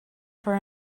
for